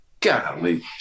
Golly